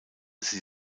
sie